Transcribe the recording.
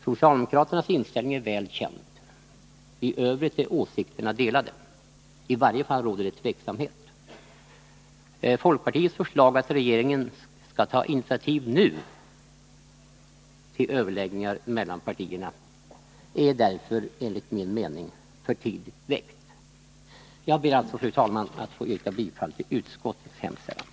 Socialdemokraternas inställning är väl känd. I övrigt är åsikterna delade — i varje fall råder tveksamhet. Folkpartiets förslag att regeringen skall ta initiativ nu till överläggningar mellan partierna är därför enligt min mening för tidigt väckt. Jag ber alltså, fru talman, att få yrka bifall till utskottets hemställan.